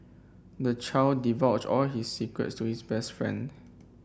the child divulged all his secrets to his best friend